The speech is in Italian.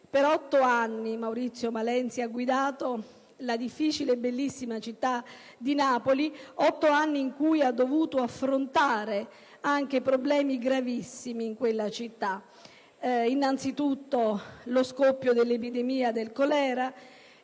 Per otto anni ha guidato la difficile e bellissima città di Napoli, otto anni in cui ha dovuto affrontare anche problemi gravissimi: innanzi tutto lo scoppio dell'epidemia di colera